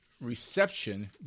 reception